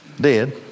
dead